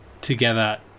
together